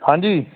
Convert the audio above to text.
ਹਾਂਜੀ